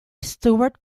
stewart